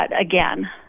again